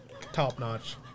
top-notch